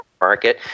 market